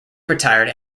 retired